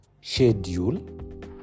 schedule